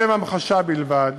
לשם המחשה בלבד,